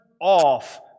off